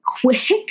quick